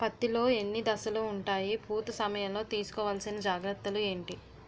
పత్తి లో ఎన్ని దశలు ఉంటాయి? పూత సమయం లో తీసుకోవల్సిన జాగ్రత్తలు ఏంటి?